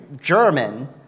German